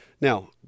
Now